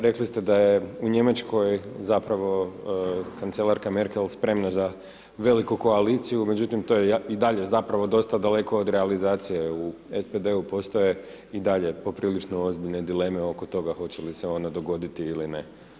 Rekli ste da je u Njemačkoj zapravo kancelarka Merkel spremna za veliku koaliciju, međutim to je i dalje zapravo dosta daleko od realizacije u SPD-u postoje i dalje poprilično ozbiljne dileme oko toga hoće li se ona dogoditi ili ne.